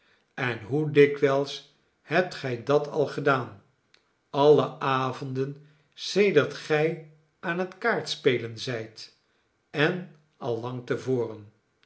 en hoe dikwijls hebt gij dat al gedaan alle avonden sedert gij aan het kaartspelen zijt en al lang